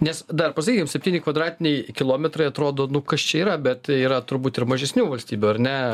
nes dar pasakykim septyni kvadratiniai kilometrai atrodo nu kas čia yra bet tai yra turbūt ir mažesnių valstybių ar ne